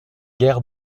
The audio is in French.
guère